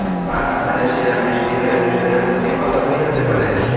পাকা ধানে শিলা বৃষ্টি হলে কৃষকের ক্ষতি কতখানি হতে পারে?